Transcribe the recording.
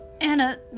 Anna